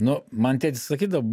nu man tėtis sakydavo